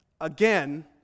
again